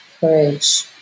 courage